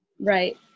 Right